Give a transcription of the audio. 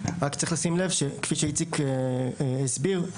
כפי שאיציק הסביר,